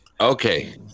Okay